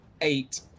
eight